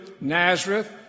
Nazareth